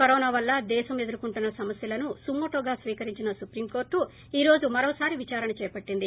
corona వల్ల దేశం ఎదుర్కొంటున్న సమస్యలను సుమోటోగా స్వీకరించిన సుప్రీం కోర్లు ఈ రోజు మరోసారి విదారణ చేపట్టింది